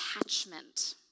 attachment